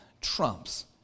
trumps